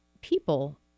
people